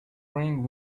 bring